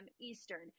Eastern